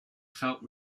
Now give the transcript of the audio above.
felt